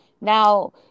Now